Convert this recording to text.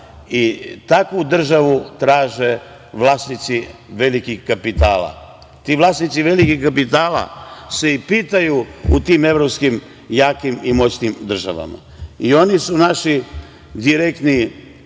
takvu državu traže vlasnici velikih kapitala. Ti vlasnici velikih kapitala se i pitaju u tim evropskim jakim i moćnim državama i oni su naši direktni